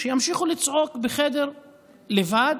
שימשיכו לצעוק בחדר לבד,